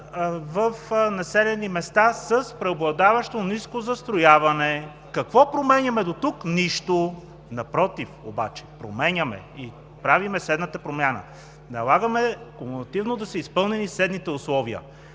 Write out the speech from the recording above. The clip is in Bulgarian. „в населени места с преобладаващо ниско застрояване“. Какво променяме дотук? Нищо. Напротив, обаче – променяме и правим следната промяна: налагаме нормативно да са изпълнени следните условия.